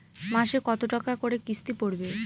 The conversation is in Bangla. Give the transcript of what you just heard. মাসে কত টাকা করে কিস্তি পড়বে?